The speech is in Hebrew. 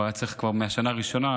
היה צריך כבר מהשנה הראשונה,